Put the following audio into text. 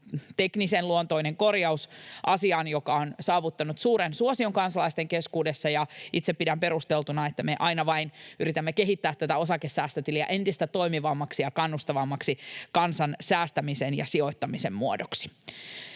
teknisen luontoinen korjaus asiaan, joka on saavuttanut suuren suosion kansalaisten keskuudessa, ja itse pidän perusteltuna, että me aina vain yritämme kehittää tätä osakesäästötiliä entistä toimivammaksi ja kannustavammaksi kansan säästämisen ja sijoittamisen muodoksi.